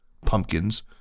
pumpkins